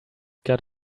got